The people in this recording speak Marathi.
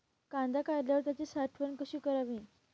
कांदा काढल्यावर त्याची साठवण कशी करावी?